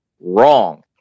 wrong